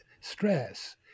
stress